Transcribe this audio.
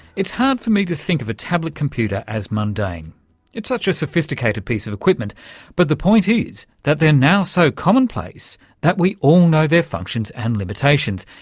it's hard for me to think of a tablet computer as mundane it's such a sophisticated piece of equipment but the point is that they're now so commonplace that we all know their functions and limitations.